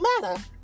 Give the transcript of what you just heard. matter